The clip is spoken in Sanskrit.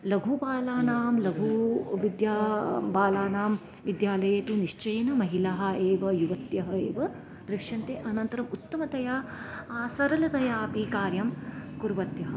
लघु बालानां लघु विद्या बालानां विद्यालये तु निश्चयेन महिलाः एव युवत्यः एव दृश्यन्ते अनन्तरम् उत्तमतया सरलतया अपि कार्यं कुर्वत्यः